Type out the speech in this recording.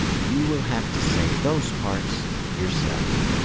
you will have to say those parts yourself.